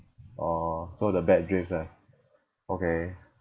orh so the bad dreams ah okay